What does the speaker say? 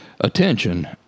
attention